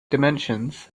dimensions